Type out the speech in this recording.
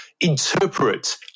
interpret